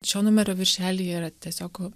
šio numerio viršelyje yra tiesiog